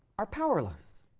are powerless,